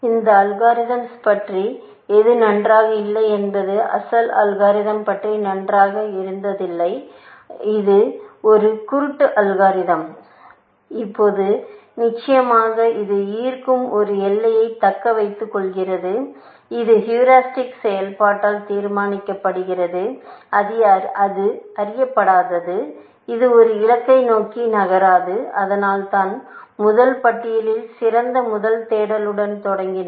இந்த அல்காரிதம்ஸ் பற்றி எது நன்றாக இல்லை என்பது அசல் அல்காரிதம்ஸ் பற்றி நன்றாக இருந்ததில்லை இது ஒரு குருட்டு அல்காரிதம்ஸ் இப்போது நிச்சயமாக அது ஈர்க்கும் ஒரு எல்லையைத் தக்க வைத்துக் கொள்கிறது இது ஹீரிஸ்டிக்செயல்பாட்டால் தீர்மானிக்கப்படுகிறது அது அறியப்படாதது இது ஒரு இலக்கை நோக்கி நகராது அதனால்தான் முதல் பட்டியலில் சிறந்த முதல் தேடலுடன் தொடங்கினோம்